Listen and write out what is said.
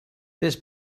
this